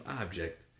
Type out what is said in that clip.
object